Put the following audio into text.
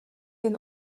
jen